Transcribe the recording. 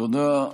תודה.